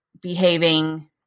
behaving